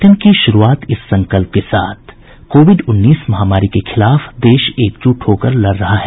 bulletin की शुरूआत इस संकल्प के साथ कोविड उन्नीस महामारी के खिलाफ देश एकजुट होकर लड़ रहा है